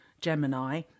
Gemini